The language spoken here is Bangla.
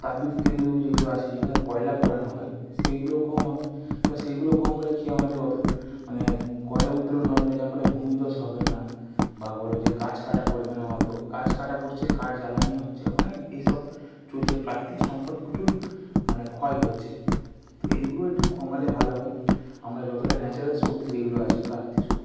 তাপবিদ্যুৎ কেন্দ্রগুলি যেগুলো আছে যেখানে কয়লা পোড়ানো হয় সেইগুলো কম হবে তা সেগুলো কম হলে কি আমাদের অতো মানে কয়লা উত্তোলন হবে না যার ফলে ভূমিধ্বস হবে না বা বলো যে গাছ কাটা পড়বে না অতো গাছ কাটা পড়ছে কাঠ জ্বালানী হচ্ছে অনেক এইসব চলছে প্রাকৃতিক সম্পদ প্রচুর মানে ক্ষয় হচ্ছে তো এগুলো একটু কমালে ভালো হয় আমরা যতটা ন্যাচারাল শক্তি যেইগুলো আছে প্রাকৃতিক শক্তি